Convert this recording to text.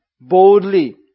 boldly